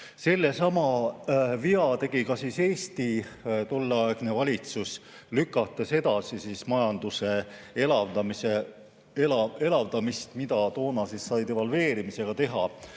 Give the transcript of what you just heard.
Sellesama vea tegi ka Eesti tolleaegne valitsus, lükates edasi majanduse elavdamist, mida toona sai devalveerimisega teha.